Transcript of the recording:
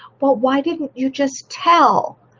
but why didn't you just tell?